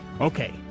Okay